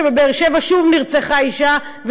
שבבאר שבע שוב נרצחה אישה,